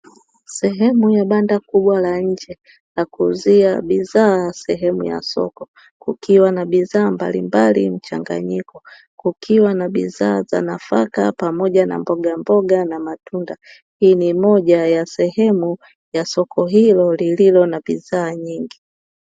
Sehemu ya banda kubwa ya nje ya kuuzia bidhaa sehemu ya soko kukiwa na bidhaa mbalimbali mchanganyiko, kukiwa na bidhaa za nafaka pamoja na mbogamboga na matunda hii ni moja ya sehemu ya soko hilo lililo na bidhaa nyingi.